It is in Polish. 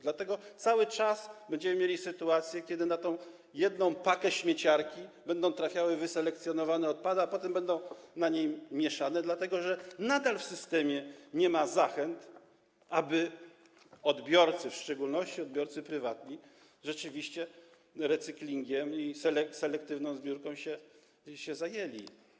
Dlatego cały czas będziemy mieli sytuację, kiedy na tę jedną pakę śmieciarki będą trafiały wyselekcjonowane odpady, a potem będą na niej mieszane, dlatego że nadal w systemie nie ma zachęt, aby odbiorcy, w szczególności odbiorcy prywatni, rzeczywiście recyklingiem i selektywną zbiórką się zajęli.